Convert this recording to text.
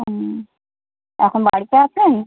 হুম এখন বাড়িতে আছেন